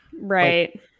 Right